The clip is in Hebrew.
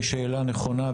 היא שאלה נכונה,